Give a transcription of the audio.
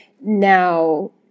Now